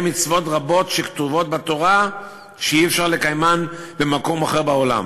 מצוות רבות שכתובות בתורה ואי-אפשר לקיימן במקום אחר בעולם,